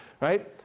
Right